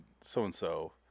so-and-so